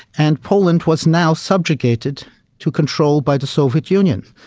and poland was now subjugated to control by the soviet union.